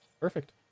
Perfect